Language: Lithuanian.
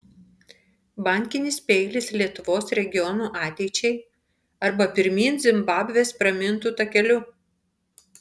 bankinis peilis lietuvos regionų ateičiai arba pirmyn zimbabvės pramintu takeliu